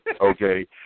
Okay